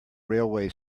railway